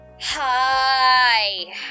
Hi